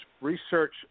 research